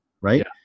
Right